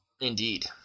Indeed